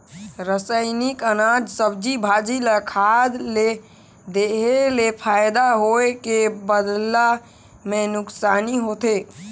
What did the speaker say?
रसइनिक अनाज, सब्जी, भाजी ल खाद ले देहे ले फायदा होए के बदला मे नूकसानी होथे